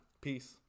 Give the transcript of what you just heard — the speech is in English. Peace